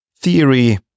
theory